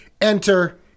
Enter